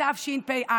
התשפ"א,